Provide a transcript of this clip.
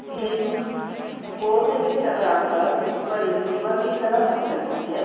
گیند کورٹ سے ٹکرا کر اوپر رسیور کی طرف اچھلتی ہے